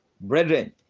Brethren